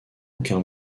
aucun